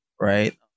right